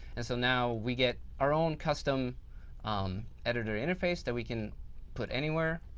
and so now we get our own custom um editor interface that we can put anywhere.